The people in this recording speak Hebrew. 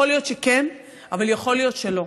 יכול להיות שכן, אבל יכול להיות שלא.